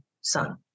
son